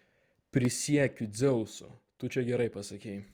prisiekiu dzeusu tu čia gerai pasakei